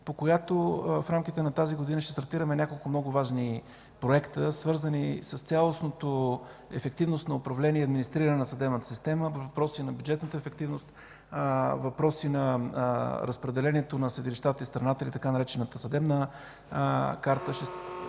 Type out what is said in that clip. по която в рамките на тази година ще стартираме няколко много важни проекта, свързани с цялостната ефективност на управление и администриране на съдебната система по въпроси на бюджетната ефективност, въпроси на разпределението на съдилищата из страната или така наречената „съдебна карта”.